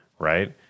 Right